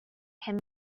him